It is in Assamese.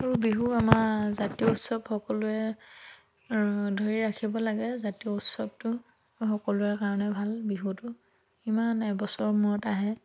আৰু বিহু আমাৰ জাতীয় উৎসৱ সকলোৱে ধৰি ৰাখিব লাগে জাতীয় উৎসৱটো সকলোৰে কাৰণে ভাল বিহুটো ইমান এবছৰৰ মূৰত আহে